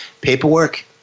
Paperwork